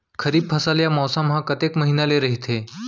खरीफ फसल या मौसम हा कतेक महिना ले रहिथे?